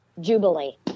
Jubilee